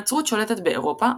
הנצרות שולטת באירופה,